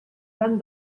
van